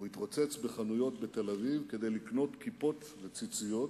והוא התרוצץ בחנויות בתל-אביב כדי לקנות כיפות וציציות.